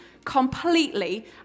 completely